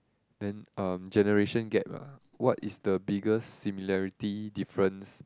then um generation gap ah what is the biggest similarity difference